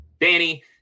Danny